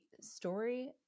story